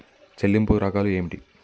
చెల్లింపు రకాలు ఏమిటి?